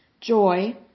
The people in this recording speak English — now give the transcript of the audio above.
joy